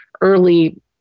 early